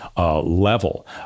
Level